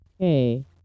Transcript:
okay